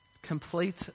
Complete